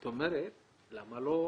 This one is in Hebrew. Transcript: את אומרת למה לא אחרים.